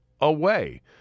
away